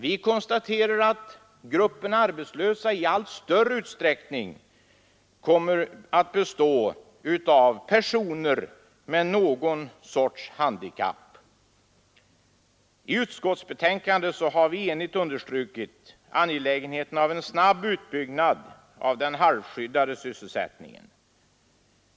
Gruppen arbetslösa kommer att i allt större utsträckning bestå av personer med någon sorts handikapp. I utskottsbetänkandet har vi enigt understrukit angelägenheten av en snabb utbyggnad av den halvskyddade sysselsättningen.